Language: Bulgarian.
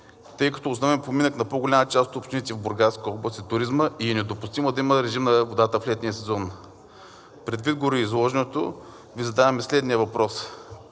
тъй като основен поминък на по-голяма част от общините в Бургаска област е туризмът и е недопустимо да има режим на водата в летния сезон. Предвид гореизложеното Ви задаваме следния въпрос: